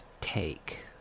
take